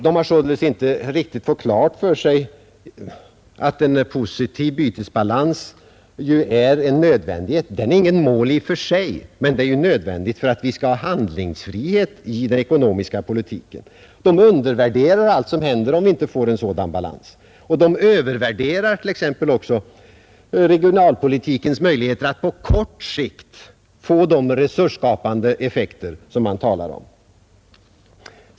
De har således t.ex. inte fått riktigt klart för sig att en positiv bytesbalans är en nödvändighet — den är inget mål i och för sig, men den är nödvändig för handlingsfriheten i den ekonomiska politiken. De undervärderar allt som händer, om vi inte får en sådan balans, och de övervärderar t.ex. också regionalpolitikens möjligheter att på kort sikt uppnå de resursskapande effekter som de talar om.